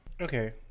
Okay